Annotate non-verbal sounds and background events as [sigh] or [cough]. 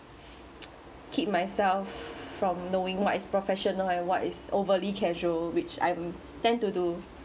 [noise] keep myself from knowing what is professional and what is overly casual which I'm tend to do